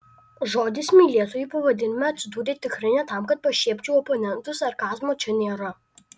žodis mylėtojai pavadinime atsidūrė tikrai ne tam kad pašiepčiau oponentus sarkazmo čia nėra